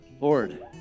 Lord